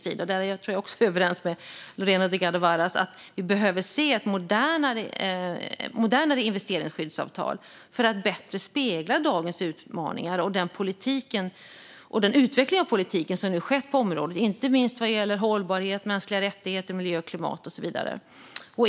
Jag är också överens med Lorena Delgado Varas om att vi behöver se ett modernare investeringsskyddsavtal för att bättre spegla dagens utmaningar och den utveckling av politiken som nu har skett på området inte minst vad gäller hållbarhet, mänskliga rättigheter, miljö, klimat och så vidare.